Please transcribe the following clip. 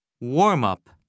Warm-up